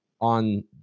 on